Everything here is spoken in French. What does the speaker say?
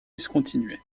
discontinuer